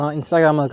Instagram